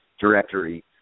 directory